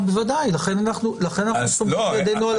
בוודאי לכן אנחנו סומכים ידינו על החקיקה.